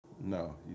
no